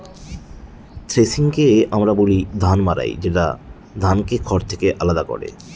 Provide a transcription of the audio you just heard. থ্রেশিংকে আমরা বলি ধান মাড়াই যেটা ধানকে খড় থেকে আলাদা করে